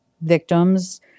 victims